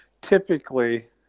typically